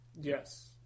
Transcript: Yes